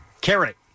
Carrot